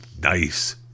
nice